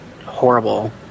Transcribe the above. horrible